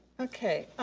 okay,